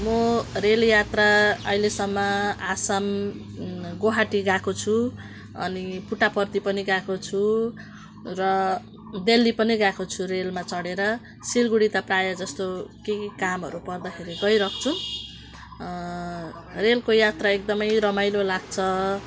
म रेलयात्रा अहिलेसम्म आसाम गुवाहाटी गएको छु अनि पुट्टपर्थी पनि गएको छु र दिल्ली पनि गएको छु रेलमा चढेर सिलगढी त प्रायःजस्तो के के कामहरू पर्दाखेरि गइरहन्छु रेलको यात्रा एकदमै रमाइलो लाग्छ